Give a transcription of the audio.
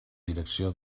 direcció